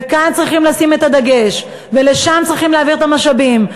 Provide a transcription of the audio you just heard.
וכאן צריך לשים את הדגש ולשם צריך להעביר את המשאבים.